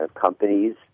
companies